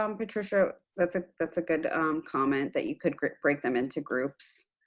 um patricia, that's ah that's a good comment, that you could break them into groups.